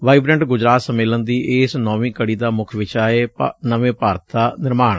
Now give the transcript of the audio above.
vibrant Gujarat ਸੰਮੇਲਨ ਦੀ ਇਸ ਨੌਵੀਂ ਕੜੀ ਦਾ ਮੁੱਖ ਵਿਸ਼ਾ ਏ ਨਵੇ ਭਾਰਤ ਦਾ ਨਿਰਮਾਣ